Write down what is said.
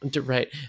Right